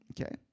Okay